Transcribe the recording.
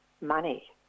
money